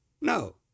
No